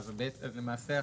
למעשה,